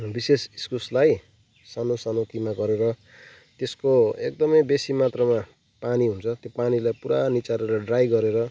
विशेष इस्कुसलाई सानो सानो किमा गरेर त्यसको एकदमै बेसी मात्रामा पानी हुन्छ त्यो पानीलाई पुरा निचोरेर ड्राई गरेर